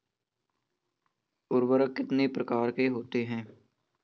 उर्वरक कितनी प्रकार के होते हैं?